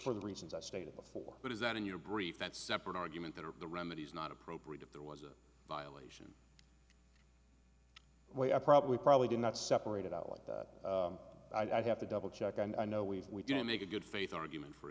for the reasons i stated before but is that in your brief that separate argument that of the remedy is not appropriate if there was a violation why i probably probably did not separate it out like that i'd have to double check and i know we we didn't make a good faith argument for